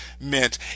meant